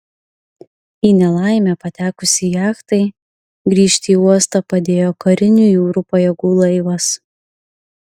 į nelaimę patekusiai jachtai grįžti į uostą padėjo karinių jūrų pajėgų laivas